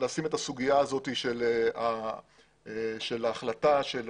לשים את הסוגיה הזאת של ההחלטה או